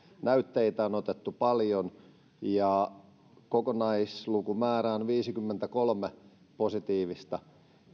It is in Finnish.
näytteitä on otettu paljon ja kokonaislukumäärä on viisikymmentäkolme positiivista